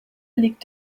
liegt